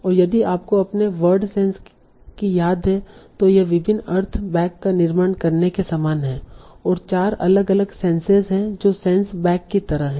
और यदि आपको अपने वर्ड सेंस की याद है तो यह विभिन्न अर्थ बेक का निर्माण करने के समान है और चार अलग अलग सेंसेस हैं जो सेंस बेक की तरह हैं